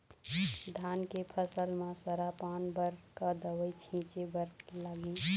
धान के फसल म सरा पान बर का दवई छीचे बर लागिही?